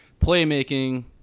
playmaking